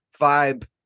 vibe